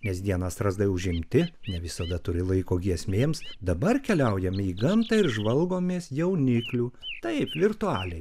nes dieną strazdai užimti ne visada turi laiko giesmėms dabar keliaujame į gamtą ir žvalgomės jauniklių taip virtualiai